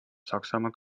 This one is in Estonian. saksamaa